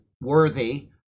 worthy